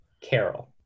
Carol